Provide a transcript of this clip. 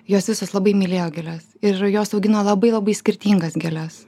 jos visos labai mylėjo gėles ir jos augino labai labai skirtingas gėles